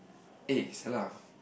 eh !sia! lah